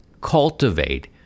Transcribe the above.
cultivate